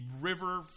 river